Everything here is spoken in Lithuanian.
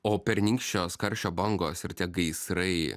o pernykščios karščio bangos ir tie gaisrai